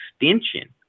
extension